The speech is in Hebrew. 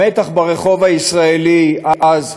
המתח ברחוב הישראלי אז,